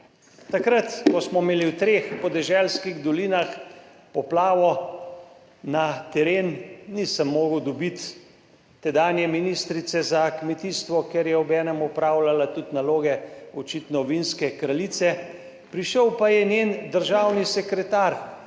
Takrat ko smo imeli v treh podeželskih dolinah poplavo, na teren nisem mogel dobiti tedanje ministrice za kmetijstvo, ker je očitno obenem opravljala tudi naloge vinske kraljice, prišel pa je njen državni sekretar,